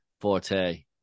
forte